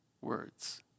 words